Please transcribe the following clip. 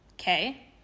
Okay